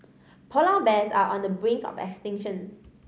polar bears are on the brink of extinction